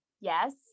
Yes